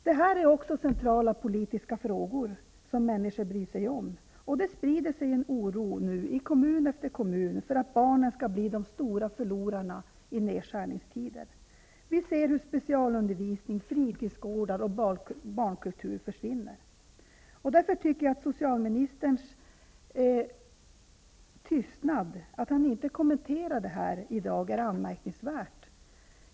Detta är också centrala politiska frågor som människor bryr sig om. Det sprider sig nu en oro i kommun efter kommun för att barnen skall bli de stora förlorarna i nedskärningstider. Vi ser hur specialundervisning, fritidsgårdar och barnkultur försvinner. Därför tycker jag att socialministerns tystnad i dag på denna punkt är anmärkningsvärd.